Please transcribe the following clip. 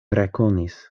rekonis